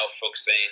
focusing